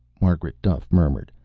margaret duffe murmured,